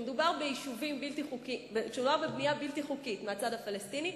כשמדובר בבנייה בלתי חוקית מהצד הפלסטיני,